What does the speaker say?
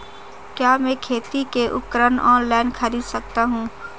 क्या मैं खेती के उपकरण ऑनलाइन खरीद सकता हूँ?